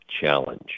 challenge